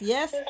Yes